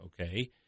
okay